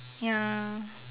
ya